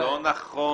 לא נכון,